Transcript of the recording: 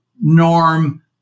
norm